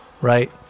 Right